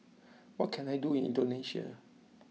what can I do in Indonesia